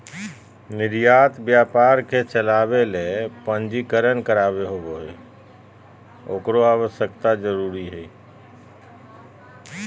निर्यात व्यापार के चलावय ले पंजीकरण करावय के आवश्यकता होबो हइ